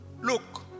Look